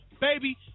baby